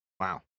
wow